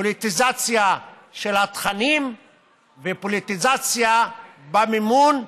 פוליטיזציה של התכנים ופוליטיזציה במימון,